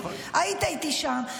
היית איתי שם.